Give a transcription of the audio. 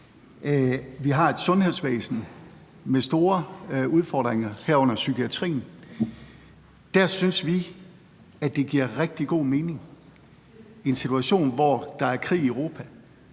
vi har et sundhedsvæsen med store udfordringer, herunder psykiatrien. Der synes vi, at det giver rigtig god mening i en situation, hvor der er krig i Europa,